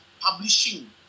publishing